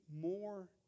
more